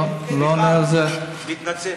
סליחה, מתנצל.